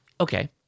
okay